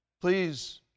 please